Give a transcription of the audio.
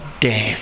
death